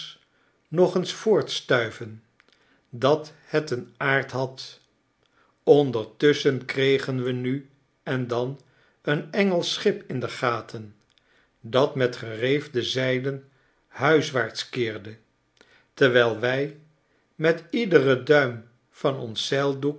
nog eens voortstuiven dat het een aard had ondertusschen kregen we nu en dan eenengelsch schip in de gaten dat met gereefde zeilenhuiswaarts keerde terwijl wij met iederen duim van ons